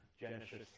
Genesis